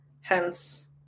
Hence